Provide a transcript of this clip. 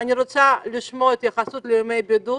אני רוצה לשמוע התייחסות לימי הבידוד.